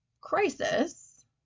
crisis